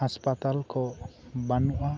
ᱦᱟᱥ ᱯᱟᱛᱟᱞ ᱠᱚ ᱵᱟᱹᱱᱩᱜᱼᱟ